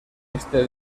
este